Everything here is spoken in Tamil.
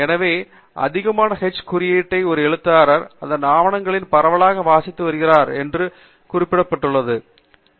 எனவே அதிகமான எச் குறியீடான ஒரு எழுத்தாளர் அதன் ஆவணங்களை பரவலாக வாசித்து வருகிறார் மற்றும் பரவலாக குறிப்பிடப்படுகிறார் என்பதே இதன் பொருள்